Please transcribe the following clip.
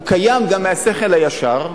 הוא קיים גם מהשכל הישר,